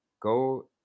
go